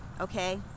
okay